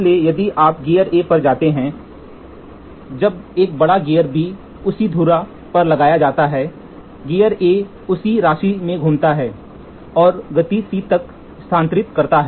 इसलिए यदि आप गियर A पर जाते हैं जब एक बड़ा गियर B उसी धुरा पर लगाया जाता है गियर A उसी राशि से घूमता है और गति C में स्थानांतरित करता है